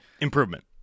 Improvement